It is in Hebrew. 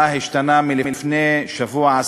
מה השתנה מלפני שבוע,